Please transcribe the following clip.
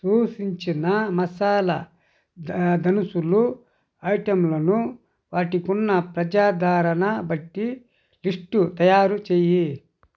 సూచించిన మసాలా ద దనుసులు ఐటంలను వాటికున్న ప్రజాదరణ బట్టి లిస్టు తయారు చేయి